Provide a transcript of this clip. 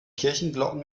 kirchenglocken